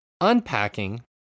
Unpacking